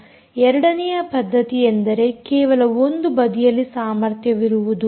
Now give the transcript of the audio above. ಎರಡನೆಯ ಪದ್ದತಿಯೆಂದರೆ ಕೇವಲ ಒಂದು ಬದಿಯಲ್ಲಿ ಸಾಮರ್ಥ್ಯವಿರುವುದು